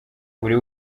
buri